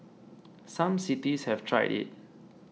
some cities have tried it